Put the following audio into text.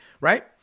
right